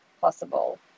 possible